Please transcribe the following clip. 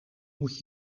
moet